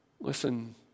Listen